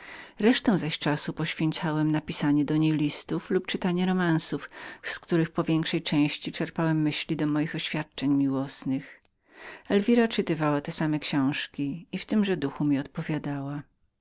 resztę zaś czasu obracałem na pisanie do niej listów lub czytanie romansów z których po większej części czerpałem myśli do moich oświadczeń miłosnych elwira czytywała te same książki i w tymże duchu mi odpowiadała